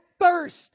thirst